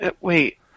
Wait